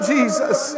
Jesus